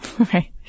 Okay